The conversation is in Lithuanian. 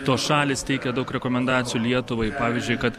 tos šalys teikia daug rekomendacijų lietuvai pavyzdžiui kad